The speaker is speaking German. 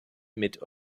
mit